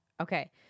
Okay